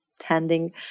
tending